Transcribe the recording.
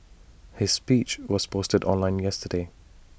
his speech was posted online yesterday